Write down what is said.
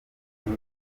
enye